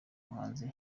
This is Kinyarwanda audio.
muhanzi